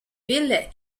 ville